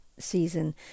season